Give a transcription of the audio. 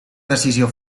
decisió